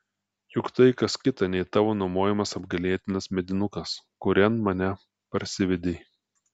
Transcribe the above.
juk tai kas kita nei tavo nuomojamas apgailėtinas medinukas kurian mane parsivedei